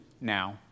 now